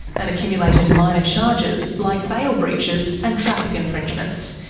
and accumulated minor charges like bail breaches and traffic infringements.